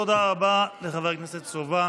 תודה רבה לחבר הכנסת סובה.